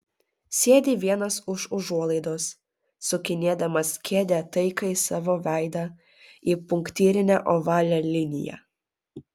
sėdi vienas už užuolaidos sukinėdamas kėdę taikai savo veidą į punktyrinę ovalią liniją